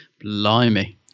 Blimey